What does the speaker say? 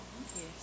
Yes